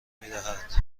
میدهد